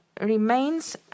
remains